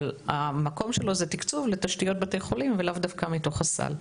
אבל המקום שלו זה תקצוב לתשתיות בתי חולים ולאו דווקא מתוך הסל,